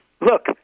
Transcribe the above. look